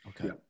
Okay